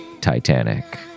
Titanic